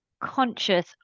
conscious